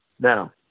Now